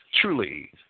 truly